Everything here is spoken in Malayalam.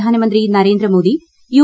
പ്രധാനമന്ത്രി നരേന്ദ്രമോദി യു